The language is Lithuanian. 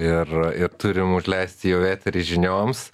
ir ir turim užleisti jau eterį žinioms